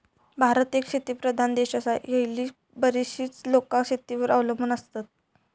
भारत एक शेतीप्रधान देश आसा, हयली बरीचशी लोकां शेतीवर अवलंबून आसत